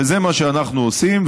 וזה מה שאנחנו עושים.